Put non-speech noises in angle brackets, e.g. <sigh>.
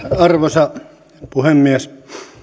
<unintelligible> arvoisa puhemies